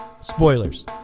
Spoilers